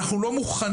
אנחנו לא מוכנים